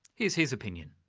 here's his opinion.